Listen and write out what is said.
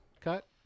cut